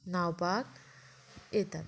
न्हांवपाक येतात